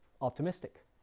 Optimistic